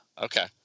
Okay